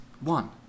One